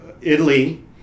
Italy